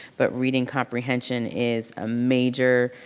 but reading comprehension is a major,